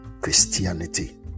Christianity